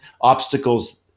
obstacles